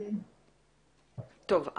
טוב,